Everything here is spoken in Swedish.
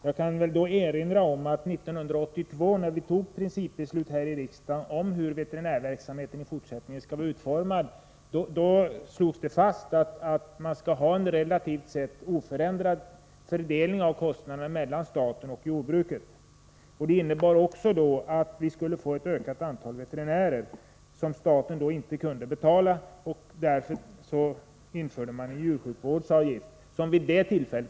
Jag vill erinra om att riksdagen 1982, när den fattade sitt principbeslut om hur veterinärverksamheten i fortsättningen skall vara utformad, slog fast att man skall ha en relativt sett oförändrad kostnadsfördelning mellan staten och jordbruket. Beslutet innebar också att vi skulle få ett ökat antal veterinärer. Eftersom staten inte kunde betala kostnaden för dessa, infördes då en djursjukvårdsavgift om 5 kr.